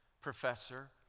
professor